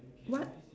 what